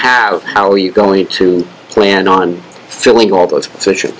have our you going to plan on filling all those positions